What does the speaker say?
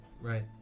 Right